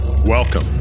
Welcome